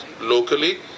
locally